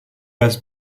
has